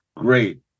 great